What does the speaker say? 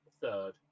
third